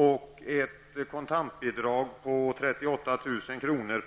infördes också ett kontantbidrag på 38 000 kr.